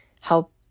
help